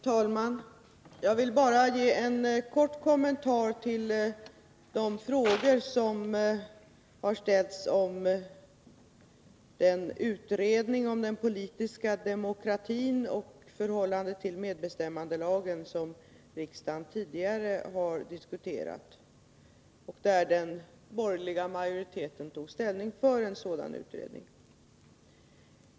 Herr talman! Jag vill bara ge en kort kommentar till de frågor som har ställts om den utredning om den politiska demokratin och förhållandet till medbestämmandelagen som riksdagen tidigare har diskuterat. Den dåvarande borgerliga majoriteten tog ställning för en sådan utredning.